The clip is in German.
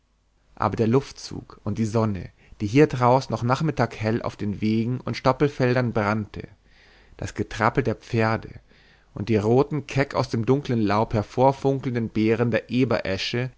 aber der luftzug und die sonne die hier draußen noch nachmittaghell auf den wegen und stoppelfeldern brannte das getrappel der pferde und die roten keck aus dem dunklen laub hervorfunkelnden beeren der eberesche